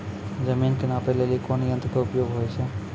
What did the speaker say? जमीन के नापै लेली कोन यंत्र के उपयोग होय छै?